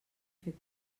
fer